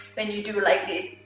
when you do like this,